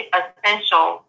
essential